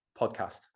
podcast